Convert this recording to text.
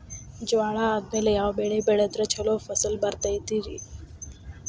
ಜ್ವಾಳಾ ಆದ್ಮೇಲ ಯಾವ ಬೆಳೆ ಬೆಳೆದ್ರ ಛಲೋ ಫಸಲ್ ಬರತೈತ್ರಿ?